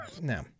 no